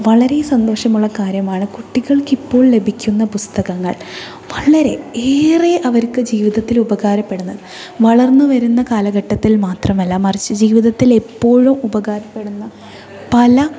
വളരെ സന്തോഷമുള്ള കാര്യമാണ് കുട്ടികൾക്കിപ്പോൾ ലഭിക്കുന്ന പുസ്തകങ്ങൾ വളരെ ഏറെ അവർക്ക് ജീവിതത്തിൽ ഉപകാരപ്പെടുന്ന വളർന്ന് വരുന്ന കാലഘട്ടത്തിൽ മാത്രമല്ല മറിച്ച് ജീവിതത്തിൽ എപ്പോഴും ഉപകാരപ്പെടുന്ന പല